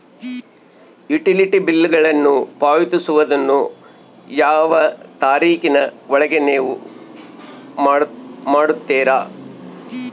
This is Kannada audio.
ಯುಟಿಲಿಟಿ ಬಿಲ್ಲುಗಳನ್ನು ಪಾವತಿಸುವದನ್ನು ಯಾವ ತಾರೇಖಿನ ಒಳಗೆ ನೇವು ಮಾಡುತ್ತೇರಾ?